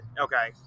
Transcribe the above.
Okay